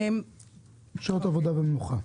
שעות עבודה ומנוחה.